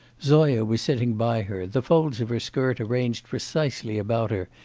zoya was sitting by her, the folds of her skirt arranged precisely about her,